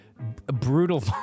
brutal